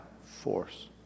force